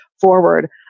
forward